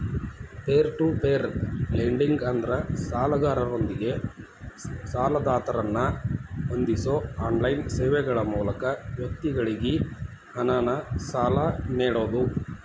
peer to peer lending ಅಂದ್ರ ಸಾಲಗಾರರೊಂದಿಗೆ ಸಾಲದಾತರನ್ನ ಹೊಂದಿಸೋ ಆನ್ಲೈನ್ ಸೇವೆಗಳ ಮೂಲಕ ವ್ಯಕ್ತಿಗಳಿಗಿ ಹಣನ ಸಾಲ ನೇಡೋದು